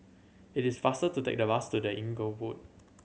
it is faster to take the bus to The Inglewood